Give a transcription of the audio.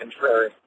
contrary